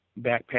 backpack